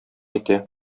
итә